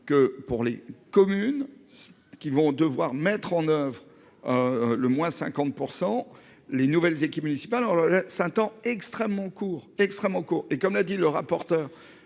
que pour les communes. Qui vont devoir mettre en oeuvre. Le moins 50%, les nouvelles équipes municipales la Saint-temps extrêmement court extrêmement court et comme l'a dit le rapporteur.